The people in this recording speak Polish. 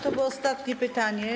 To było ostatnie pytanie.